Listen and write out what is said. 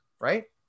right